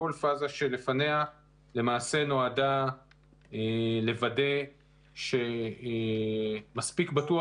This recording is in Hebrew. וכל פאזה שלפניה נועדה לוודא שמספיק בטוח